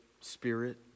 spirit